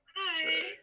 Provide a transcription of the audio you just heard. hi